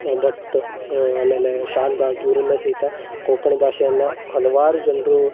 ಭಟ್ ಆಮೇಲೆ ಶಾನ್ಭಾಗ್ ಇವರೆಲ್ಲ ಸಹಿತ ಕೊಂಕಣಿ ಭಾಷೆಯನ್ನು ಹಲವಾರು ಜನರು